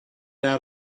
out